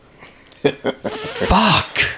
Fuck